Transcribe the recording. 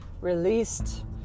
released